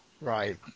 Right